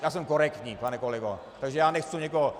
Já jsem korektní, pane kolego, takže já nechci někoho...